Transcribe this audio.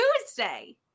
Tuesday